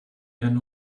ihren